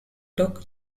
took